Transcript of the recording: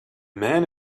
man